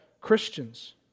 Christians